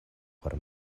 por